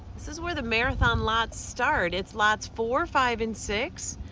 this is where the marathon lots start. it's lots, four, five, and six.